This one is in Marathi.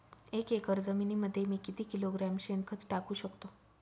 एक एकर जमिनीमध्ये मी किती किलोग्रॅम शेणखत टाकू शकतो?